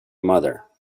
mother